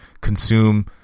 consume